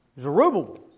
Zerubbabel